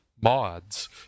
mods